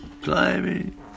climbing